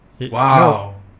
Wow